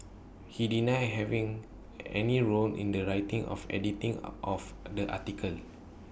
he denied having any role in the writing of editing of the articles